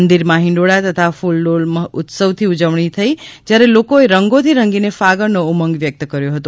મંદિરોમાં હીંડોળા તથા ક્રલડોળ ઉત્સવથી ઉજવણી થઇ જયારે લોકોએ રંગોથી રંગીને ફાગણનો ઉમંગ વ્યકત કર્યો હતો